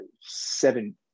seven